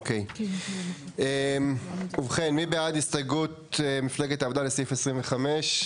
ובכן, מי בעד הסתייגות מפלגת העבודה לסעיף 25?